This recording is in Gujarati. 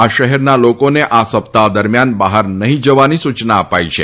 આ શહેરના લોકોને આ સપ્તાહ દરમિયાન બહાર નહી જવાની સુચના અપાઇ છે